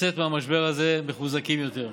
לצאת מהמשבר הזה מחוזקים יותר.